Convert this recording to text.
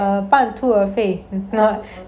err 半途而废 not